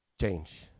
change